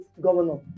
Governor